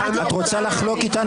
לחלוק.